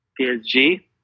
PSG